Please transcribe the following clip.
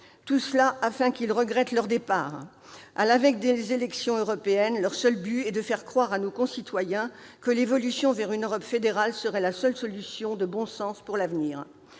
tout cela afin qu'ils regrettent leur départ. À la veille des élections européennes, leur seul but est de faire croire à nos concitoyens que l'évolution vers une Europe fédérale serait la seule solution de bon sens pour l'avenir.